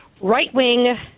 right-wing